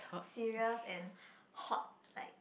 serious and hot like